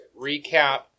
recap